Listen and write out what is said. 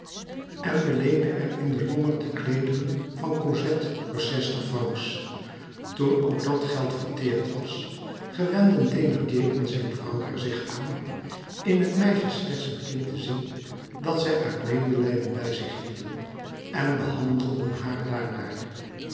en beleende er in den lommerd de kleederen van cosette voor zestig francs toen ook dat geld verteerd was gewenden thénardier en zijn vrouw er zich aan in het meisje slechts een kind te zien dat zij uit medelijden bij zich hielden en behandelden haar daarnaar